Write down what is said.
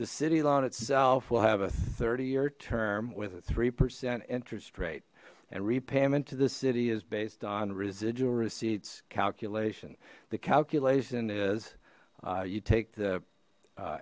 the city lawn itself will have a thirty year term with a three percent interest rate and repayment to the city is based on residual receipts calculation the calculation is you take the a